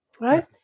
right